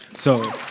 so.